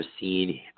seen